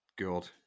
God